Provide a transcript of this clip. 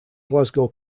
glasgow